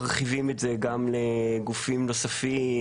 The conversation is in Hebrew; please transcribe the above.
מרחיבים את זה גם לגופים נוספים,